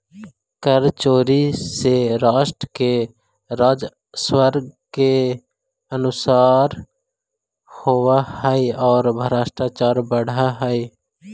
कर चोरी से राष्ट्र के राजस्व के नुकसान होवऽ हई औ भ्रष्टाचार बढ़ऽ हई